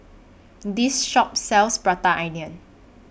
This Shop sells Prata Onion